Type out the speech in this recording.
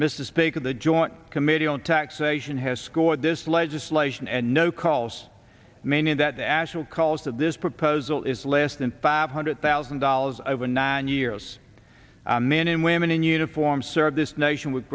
speaker the joint committee on taxation has scored this legislation and no calls meaning that the actual cost of this proposal is less than five hundred thousand dollars over nine years men and women in uniform serve this nation w